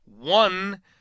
one